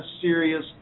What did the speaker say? serious